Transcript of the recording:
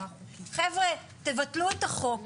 חבר'ה, תבטלו את החוק.